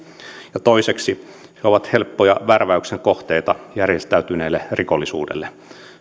ja toiseksi he ovat helppoja värväyksen kohteita järjestäytyneelle rikollisuudelle